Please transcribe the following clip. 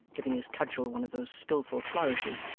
giving his cudgel one of those skilful flourishes,